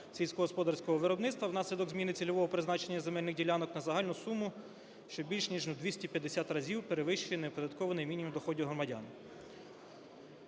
сільськогосподарського виробництва внаслідок зміни цільового призначення земельних ділянок на загальну суму, що більш ніж в 250 разів перевищує неоподаткований мінімум доходів громадян.